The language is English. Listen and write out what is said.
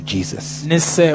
Jesus